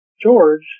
George